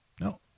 No